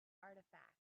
artifacts